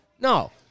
No